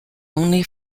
only